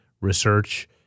research